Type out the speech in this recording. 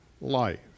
life